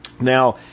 Now